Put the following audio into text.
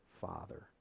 father